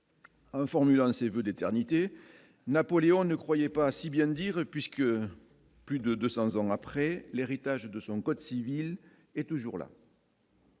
Formule 1 c'est vous d'éternité Napoléon ne croyait pas si bien dire puisque plus de 200 ans après l'héritage de son code civil est toujours là.